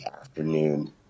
afternoon